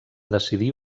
decidir